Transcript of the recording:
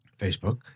Facebook